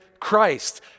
Christ